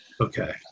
Okay